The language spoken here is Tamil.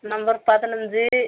நம்பர் பதினஞ்சி